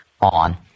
on